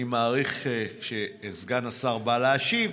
אני מעריך שסגן השר בא להשיב,